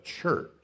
church